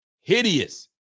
Hideous